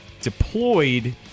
deployed